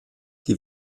die